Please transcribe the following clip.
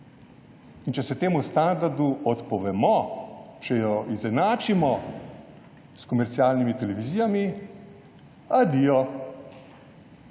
In če se temu standardu odpovemo, če jo izenačimo s komercialnimi televizijami, adijo.